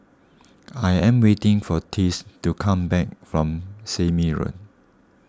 I am waiting for Tess to come back from Sime Road